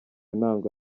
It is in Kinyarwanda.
ntango